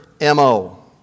MO